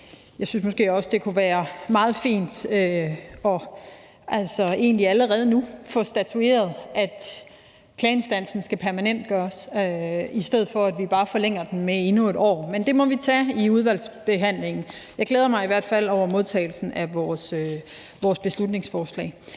jeg synes måske også, det kunne være meget fint egentlig allerede nu at få statueret, at klageinstansen skal permanentgøres, i stedet for at vi bare forlænger den med endnu et år, men det må vi tage i udvalgsbehandlingen. Jeg glæder mig i hvert fald over modtagelsen af vores beslutningsforslag.